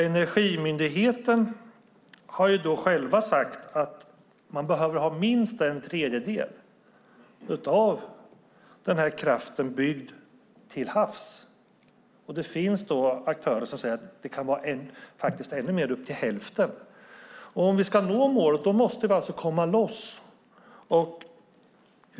Energimyndigheten har själva sagt att man behöver ha minst en tredjedel av den här kraften byggd till havs, och det finns aktörer som säger att det kan vara ända upp till hälften. Om vi ska nå målet måste vi alltså komma loss.